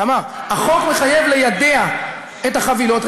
תמר, החוק מחייב ליידע את החבילות.